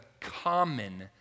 common